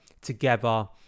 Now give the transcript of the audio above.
together